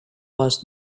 was